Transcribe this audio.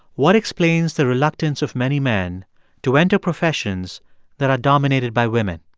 what explains the reluctance of many men to enter professions that are dominated by women?